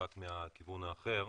רק מהכיוון האחר,